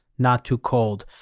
not too cold.